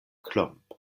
klomp